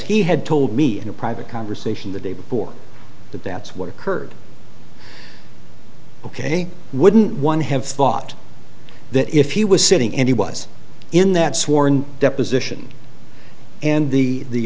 he had told me in a private conversation the day before that that's what occurred ok wouldn't one have thought that if he was sitting and he was in that sworn deposition and the